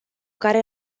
care